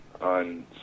on